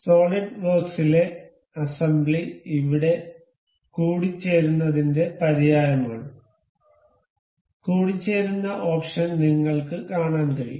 solid വർക്ക്സിലെ assembly ഇവിടെ കൂടിച്ചേരുന്നതന്റെ പര്യായമാണ് കൂടിച്ചേരുന്ന ഓപ്ഷൻ നിങ്ങൾക്ക് കാണാൻ കഴിയും